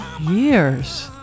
years